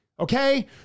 Okay